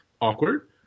awkward